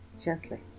Gently